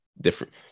different